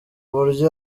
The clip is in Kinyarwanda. uburyo